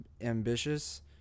ambitious